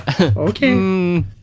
okay